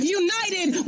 united